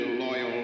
loyal